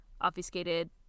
obfuscated